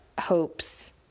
hopes